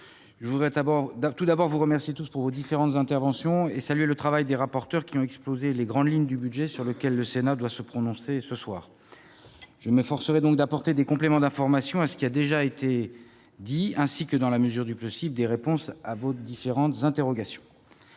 sénateurs, tout d'abord, je tiens à vous remercier de vos interventions et à saluer le travail des rapporteurs, qui ont exposé les grandes lignes du budget sur lequel le Sénat doit se prononcer ce soir. Je m'efforcerai d'apporter des compléments d'information à ce qui a déjà été dit, ainsi que, dans la mesure du possible, des réponses à vos différentes interrogations.